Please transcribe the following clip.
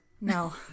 No